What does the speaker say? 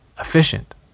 efficient